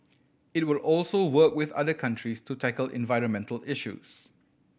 it will also work with other countries to tackle environmental issues